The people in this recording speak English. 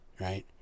right